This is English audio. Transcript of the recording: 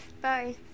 Bye